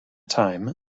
time